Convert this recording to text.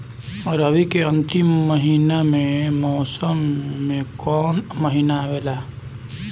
रवी के अंतिम मौसम में कौन महीना आवेला?